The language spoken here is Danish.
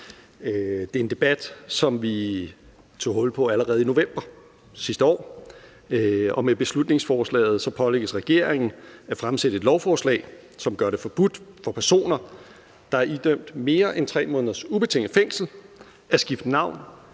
Det er en debat, som vi tog hul på allerede i november sidste år, og med beslutningsforslaget pålægges regeringen at fremsætte et lovforslag, som gør det forbudt for personer, der er idømt mere end 3 måneders ubetinget fængsel, at skifte navn,